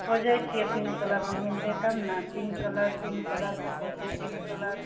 खोजै छिए पिन्क कलरमे मिलतै तब ने पिन्क कलर पिन्क कलर कतए छै पिन्क कलर